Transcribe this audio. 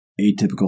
atypical